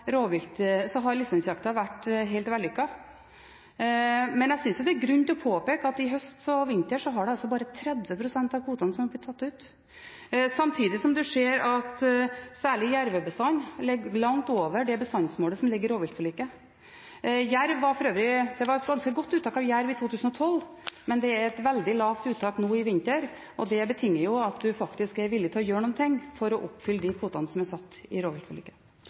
2011, så dette er den tredje sesongen vi har erfaring når det gjelder lisensjakt. Det er riktig at lisensjakta ikke har vært helt vellykket noen av disse tre årene. Men jeg synes det er grunn til å påpeke at bare 30 pst. av kvotene i høst og vinter ble tatt ut, samtidig som man ser at særlig jervebestanden ligger langt over det bestandsmålet som ligger i rovviltforliket. Det var et ganske godt uttak av jerv i 2012, men det er et veldig lavt uttak nå i vinter, og det betinger at man faktisk er villig til å gjøre noe for å oppfylle de kvotene som er satt